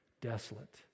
desolate